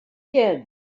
kids